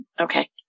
Okay